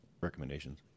recommendations